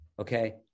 okay